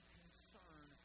concern